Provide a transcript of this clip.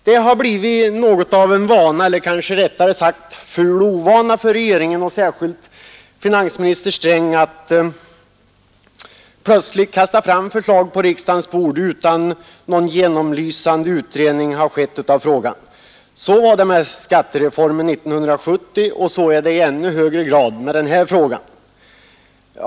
Det har blivit en vana — eller rättare sagt en ful ovana — för regeringen och särskilt för finansminister Sträng att plötsligt kasta fram förslag på riksdagens bord utan att någon genomlysande utredning har gjorts av frågan. Så var det med skattereformen 1970, och så är det i ännu högre grad med detta förslag.